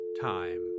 time